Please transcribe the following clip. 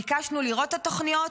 ביקשנו לראות את התוכניות,